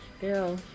Girl